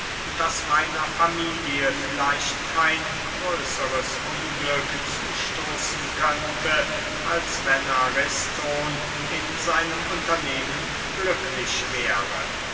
daß meiner familie vielleicht kein größeres unglück zustoßen könnte als wenn ariston in seinem unternehmen glücklich wäre